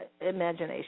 imagination